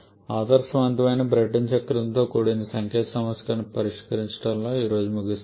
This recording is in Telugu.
ఆదర్శవంతమైన బ్రైటన్ చక్రంతో కూడిన సంఖ్యా సమస్యను పరిష్కరించడం తో ఈ రోజు ముగిస్తాము